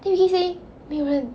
then we keep saying 没有人